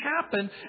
happen